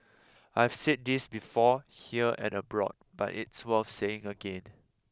I have said this before here and abroad but it's worth saying again